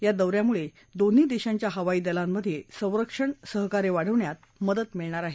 या दौऱ्यामुळे दोन्ही देशांच्या हवाई दलामधे संरक्षण सहकार्य वाढवण्यात मदत मिळणार आहे